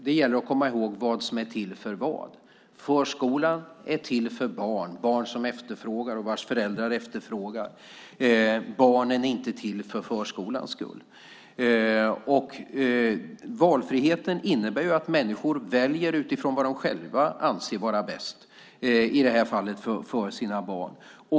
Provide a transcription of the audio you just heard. Det gäller att komma ihåg vad som är till för vad. Förskolan är till för barn, barn som efterfrågar den och vars föräldrar efterfrågar den. Barnen är inte till för förskolans skull. Valfriheten innebär att människor väljer utifrån vad de själva anser vara bäst, i det här fallet för sina barn.